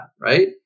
right